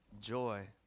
Joy